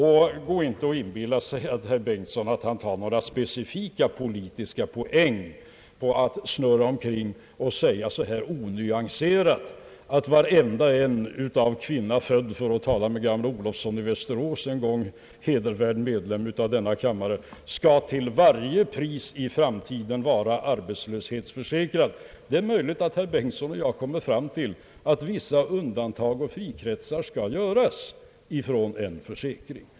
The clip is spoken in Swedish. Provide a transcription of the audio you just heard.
Herr Bengtson skall inte inbilla sig att han tar några specifika politiska poäng genom att snurra omkring och onyanserat säga att varenda en utav kvinna född — för att tala med gamle herr Olofsson i Västerås, en gång hedervärd medlem av riksdagen — i framtiden till varje pris skall vara arbetslöshetsförsäkrad. Det är möjligt att herr Bengtson och jag kommer fram till att vissa undantag och frikretsar skall göras från en försäkring.